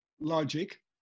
logic